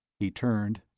he turned.